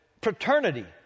paternity